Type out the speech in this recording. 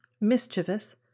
mischievous